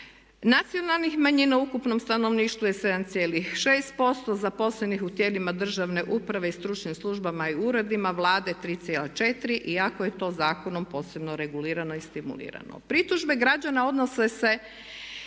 Nacionalnih manjina u ukupnom stanovništvu je 7,6% zaposlenih u tijelima državne uprave i stručnim službama i uredima Vlade 3,4 iako je to zakonom posebno regulirano i stimulirano. Pritužbe građana odnose se